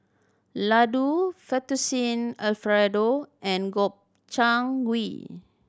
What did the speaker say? Ladoo Fettuccine Alfredo and Gobchang Gui